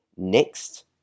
Next